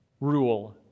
rule